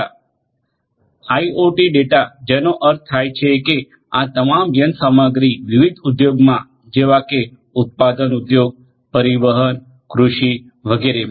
IoT data જેનો અર્થ થાય છે કે આ તમામ યંત્રસામગ્રી વિવિધ ઉદ્યોગમાં જેવા કે ઉત્પાદન ઉદ્યોગ પરિવહન કૃષિ વગેરેમા